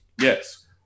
Yes